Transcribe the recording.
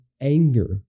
anger